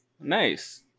Nice